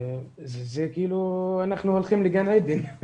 זה כאילו אנחנו הולכים לגן עדן.